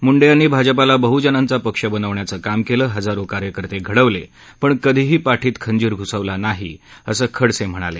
मुंडे यांनी भाजपाला बहजनाचा पक्ष बनवण्याचं काम केलं हजारो कार्यकर्ते घडवले पण काधीही पाठीत खंजीर घुसवला नाही असं खडसे म्हणाले